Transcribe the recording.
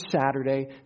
Saturday